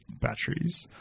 batteries